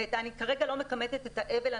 ואני כרגע לא מכמתת את האבל,